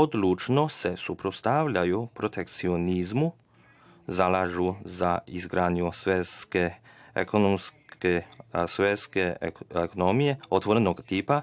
Odlučno se suprotstavljaju protekcionizmu, zalažu za izgradnju svetske ekonomije otvorenog tipa.